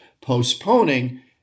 postponing